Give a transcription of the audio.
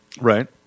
Right